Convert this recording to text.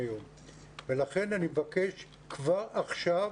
לכן אני מבקש, כבר עכשיו,